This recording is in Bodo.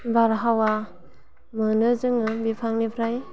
बारहावा मोनो जोङो बिफांनिफ्राय